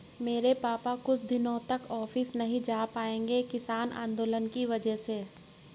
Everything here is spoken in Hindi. मेरे पापा कुछ दिनों तक ऑफिस नहीं जा पाए किसान आंदोलन की वजह से